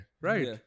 right